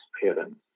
parents